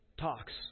talks